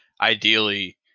ideally